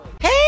hey